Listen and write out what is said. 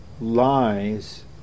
lies